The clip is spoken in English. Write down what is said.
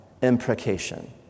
Imprecation